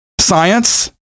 science